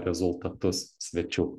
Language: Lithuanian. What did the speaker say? rezultatus svečių